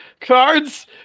cards